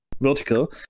vertical